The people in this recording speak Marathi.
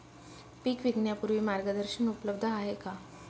पीक विकण्यापूर्वी मार्गदर्शन उपलब्ध आहे का?